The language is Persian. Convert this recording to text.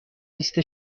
لیست